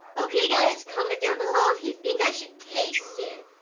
okay guys, comment down below if you think i should taste it.